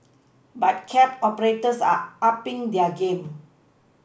but cab operators are upPing their game